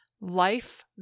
life